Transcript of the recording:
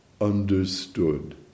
understood